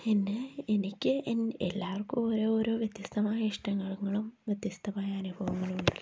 പിന്നെ എനിക്ക് എല്ലാവർക്കും ഓരോരോ വ്യത്യസ്തമായ ഇഷ്ടങ്ങളും വ്യത്യസ്തമായ അനുഭവങ്ങളും ഉണ്ടല്ലോ